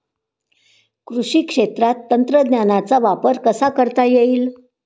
कृषी क्षेत्रात तंत्रज्ञानाचा वापर कसा करता येईल?